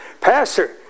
Pastor